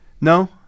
No